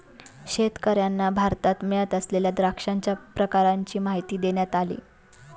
शेतकर्यांना भारतात मिळत असलेल्या द्राक्षांच्या प्रकारांची माहिती देण्यात आली